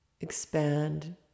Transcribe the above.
Expand